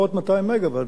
זה ראוי להערכה.